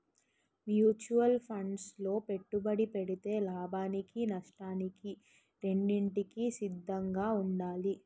mutual funds లో పెట్టుబడి పెడితే లాభానికి నష్టానికి రెండింటికి సిద్ధంగా ఉండాలి